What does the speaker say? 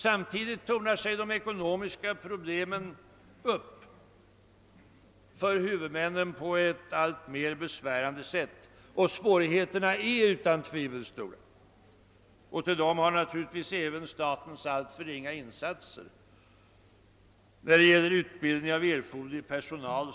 Samtidigt tornar de ekonomiska problemen för huvudmännen upp sig på ett alltmer besvärande sätt. Svårigheterna är utan tvivel stora, och till dem hör naturligtvis statens alltför ringa insatser för utbildning av erfoderlig personal.